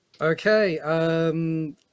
Okay